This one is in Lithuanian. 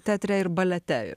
teatre ir balete